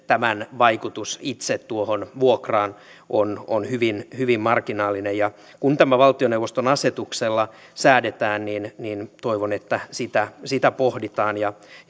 tämän vaikutus itse tuohon vuokraan on on hyvin hyvin marginaalinen ja kun tämä valtioneuvoston asetuksella säädetään niin niin toivon että sitä sitä pohditaan